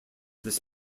this